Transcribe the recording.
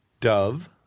Dove